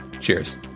Cheers